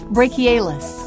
Brachialis